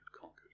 conquered